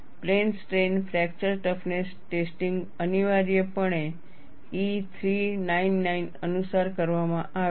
plane strain fracture toughness testing અનિવાર્યપણે E 399 અનુસાર કરવામાં આવે છે